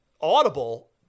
audible